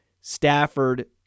Stafford